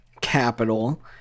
capital